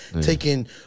taking